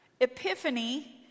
Epiphany